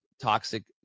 toxic